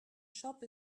shop